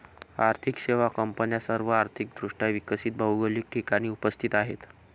आर्थिक सेवा कंपन्या सर्व आर्थिक दृष्ट्या विकसित भौगोलिक ठिकाणी उपस्थित आहेत